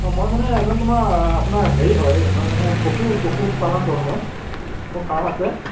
অঁ মই মানে এজন তোমাৰ আপোনাৰ হেৰি হয় মই মানে পশু পশু পালন কৰোঁ মই মোৰ ফাৰ্ম আছে